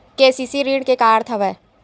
KCC ऋण के का अर्थ हवय?